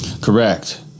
Correct